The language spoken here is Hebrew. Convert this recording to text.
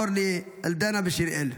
אורלי, אלדנה ושיראל.